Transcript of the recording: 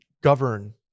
govern